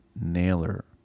nailer